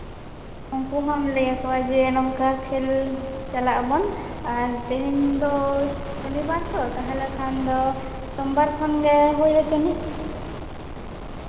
ᱩᱱᱠᱩ ᱦᱚᱢ ᱞᱟᱹᱭ ᱠᱚᱣᱟ ᱡᱮ ᱱᱚᱝᱠᱟ ᱠᱷᱮᱞ ᱪᱟᱞᱟᱜ ᱟᱵᱚᱱ ᱟᱨ ᱛᱮᱦᱮᱧ ᱫᱚ ᱥᱚᱱᱤᱵᱟᱨ ᱛᱚ ᱥᱳᱢᱵᱟᱨ ᱠᱷᱚᱱᱜᱮ ᱦᱩᱭ ᱦᱚᱪᱚᱱᱤᱪ